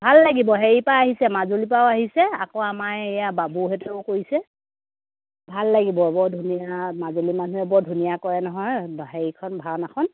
ভাল লাগিব হেইপাও আহিছে মাজুলীৰ পাও আহিছে আক আমাৰ এয়া বাবু হেতেও কৰিছে ভাল লাগিব বৰ ধুনীয়া মাজুলী মানুহে বৰ ধুনীয়া কৰে নহয় হেৰিখন ভাওনাখন